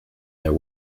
there